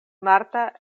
marta